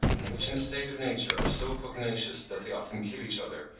and which in a state of nature are so pugnacious that they often kill each other,